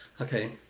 Okay